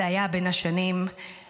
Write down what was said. זה היה בין השנים 1968